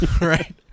right